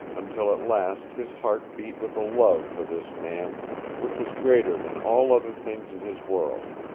until at last his heart beat with a love for this man which was greater than all other things in his world.